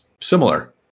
similar